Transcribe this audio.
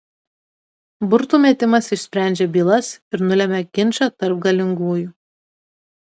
burtų metimas išsprendžia bylas ir nulemia ginčą tarp galingųjų